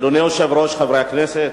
אדוני היושב-ראש, חברי הכנסת,